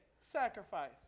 sacrifice